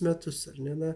metus ar ne na